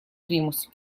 примус